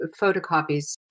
photocopies